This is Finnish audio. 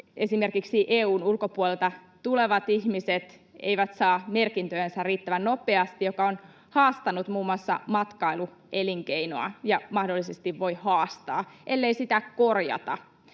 Esimerkiksi EU:n ulkopuolelta tulevat ihmiset eivät saa merkintöjänsä riittävän nopeasti, mikä on haastanut muun muassa matkailuelinkeinoa ja mahdollisesti voi haastaa, ellei sitä korjata.